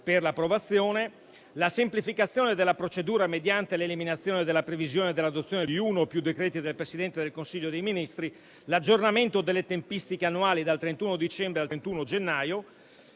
per l'approvazione, la semplificazione della procedura mediante l'eliminazione della previsione dell'adozione di uno o più decreti del Presidente del Consiglio dei ministri, l'aggiornamento delle tempistiche annuali dal 31 dicembre al 31 gennaio